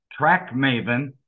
TrackMaven